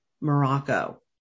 Morocco